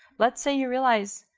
let's say you realize,